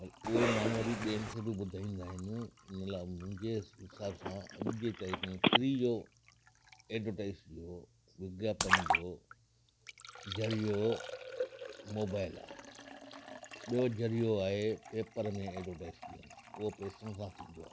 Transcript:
वरी उहे माण्हू वरी ॿियनि खे बि ॿुधाईंदा आहिनि इन लाइ मुंहिंजे हिसाब सां अॼु जी तारीख़ में फ़्री जो एडवर्डाइज जो विज्ञापन जो ज़रियो मोबाइल आहे ॿियो ज़रियो आहे पेपर में एडवर्डाइज ॾियणु उहो पेसनि सां थींदो आहे